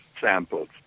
samples